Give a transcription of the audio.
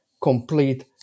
complete